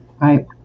Right